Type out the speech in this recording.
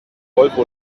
volvo